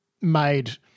made